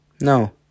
No